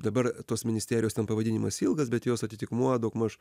dabar tos ministerijos ten pavadinimas ilgas bet jos atitikmuo daugmaž